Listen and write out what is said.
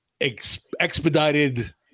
expedited